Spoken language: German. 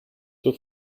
zur